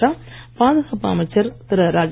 அமீத் ஷா பாதுகாப்பு அமைச்சர் திரு